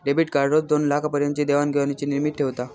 debit card रोज दोनलाखा पर्यंतची देवाण घेवाणीची लिमिट ठेवता